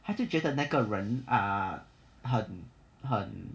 他就觉得那个人 ah 很很